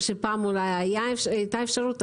מה שפעם אולי היתה אפשרות.